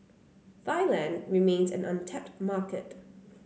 Thailand remains an untapped market